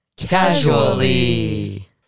casually